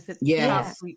Yes